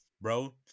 bro